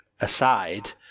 aside